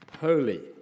holy